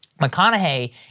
McConaughey